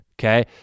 Okay